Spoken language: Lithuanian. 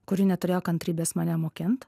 kuri neturėjo kantrybės mane mokint